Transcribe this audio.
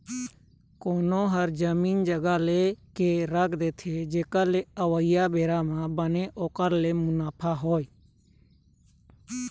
कोनो ह जमीन जघा लेके रख देथे जेखर ले अवइया बेरा म बने ओखर ले मुनाफा होवय